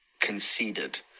conceded